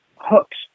hooks